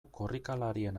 korrikalarien